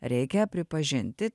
reikia pripažinti